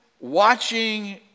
watching